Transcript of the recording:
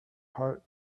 heart